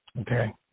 Okay